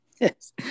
Yes